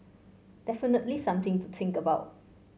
definitely something to think about